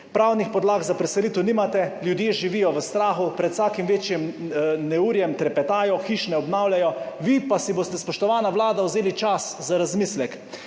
Pravnih podlag za preselitev nimate, ljudje živijo v strahu, pred vsakim večjim neurjem trepetajo, hiš ne obnavljajo, vi pa si boste, spoštovana vlada, vzeli čas za razmislek!